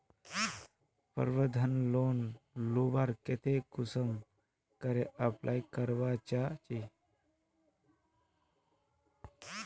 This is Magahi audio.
प्रबंधन लोन लुबार केते कुंसम करे अप्लाई करवा चाँ चची?